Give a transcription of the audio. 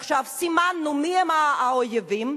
עכשיו, סימנו מיהם האויבים: